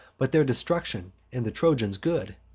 but their destruction, and the trojans' good?